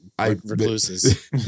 recluses